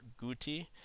Guti